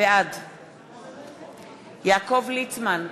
בעד יעקב ליצמן,